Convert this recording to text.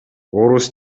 орус